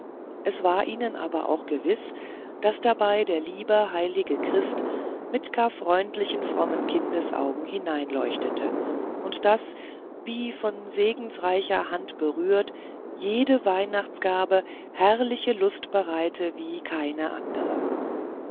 es war ihnen aber auch gewiß daß dabei der liebe heilige christ mit gar freundlichen frommen kindesaugen hineinleuchte und daß wie von segensreicher hand berührt jede weihnachtsgabe herrliche lust bereite wie keine andere